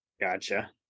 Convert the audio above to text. Gotcha